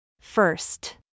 First